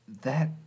That-